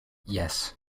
yes